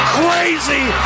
crazy